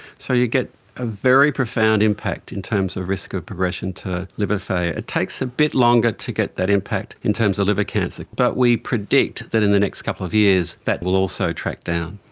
so you get a very profound impact in terms of risk of progression to liver failure. it takes a bit longer to get that impact in terms of liver cancer, but we predict that in the next couple of years that will also track down.